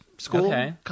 School